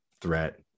threat